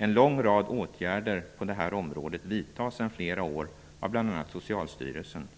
En lång rad åtgärder på detta område vidtas sedan flera år av bl.a. Socialstyrelsen.